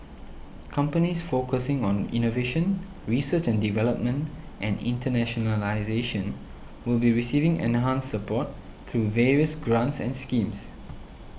companies focusing on innovation research and development and internationalisation will be receiving enhanced support through various grants and schemes